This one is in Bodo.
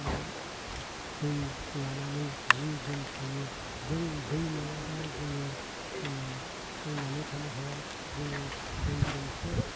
दै लानानै जि जोम सुयो जों दै नङाबा जोङो थांनानै थानो हाया जोङो दैजोंसो